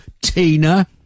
Tina